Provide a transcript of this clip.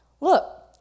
look